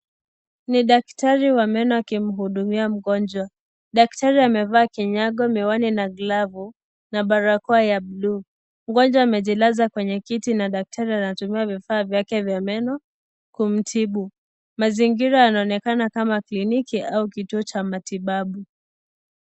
Ni daktari wa meno akimhudumia mgonjwa. Daktari amevaa kinyago, miwani na glavu na barakoa ya bluu. Mgonjwa amejilaza kwenye kiti na daktari anatumia vifaa vyake vya meno kumtibu. Mazingira yanaonekana kama kliniki au kituo cha matibabu.